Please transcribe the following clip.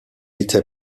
était